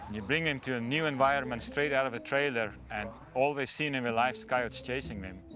you bring em to a new environment straight out of a trailer and all they've seen in their life is coyotes chasing them.